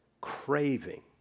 craving